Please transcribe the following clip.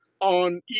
on